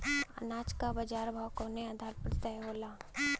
अनाज क बाजार भाव कवने आधार पर तय होला?